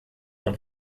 und